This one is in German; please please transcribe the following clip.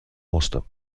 musste